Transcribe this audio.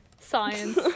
science